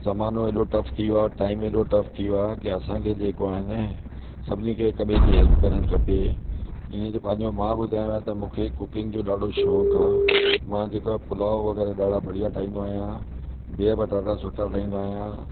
ज़मानो एॾो टफ थी वियो आहे टाइम एॾो टफ थी वियो आहे की असांखे जेको आहिनि सभिनी खे हिक ॿिए जी हेल्प करणु खपे ईअं जो पंहिंजो मां ॿुधायांव त मूंखे कुकिंग जो ॾाढो शौंक़ु आहे मां जेको आहे पुलाव वगैरा ॾाढा बढ़िया ठाहींदो आहियां बीहु पटाटा सुठा ठाहींदो आयां